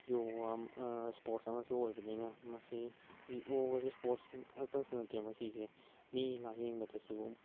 yoga sport ꯑꯃꯁꯨ ꯑꯣꯏꯕꯅꯤꯅ ꯃꯁꯤ ꯌꯣꯒꯥꯁꯤ ꯏꯁꯄꯣꯔꯠꯁꯤ ꯈꯛꯇꯁꯨ ꯅꯠꯇꯦ ꯃꯁꯤꯁꯦ ꯃꯤ ꯂꯥꯏꯌꯦꯡꯕꯗꯁꯨ